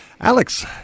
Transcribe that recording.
Alex